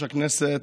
ואשכנזים,